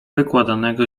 wykładanego